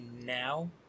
now